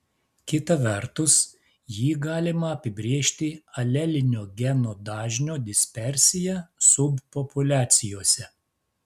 kita vertus jį galima apibrėžti alelinio geno dažnio dispersija subpopuliacijose